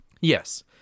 Yes